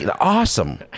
awesome